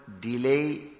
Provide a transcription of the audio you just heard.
delay